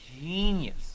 genius